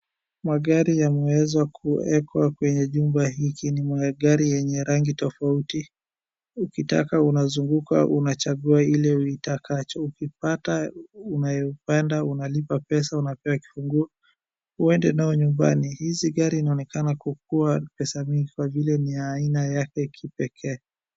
Magari yameweza kuwekwa kwenye jumba hiki ni magari yenye rangi tofauti. Ukitaka unazunguka unachangua ile uitakacho. Ukipata unayependa unalipa pesa unapewa kifunguo uende nayo nyumbani. Hizi gari zinaonekana kukuwa pesa mingi kwa vile ni ya aina yake kipekee.